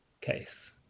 case